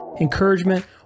encouragement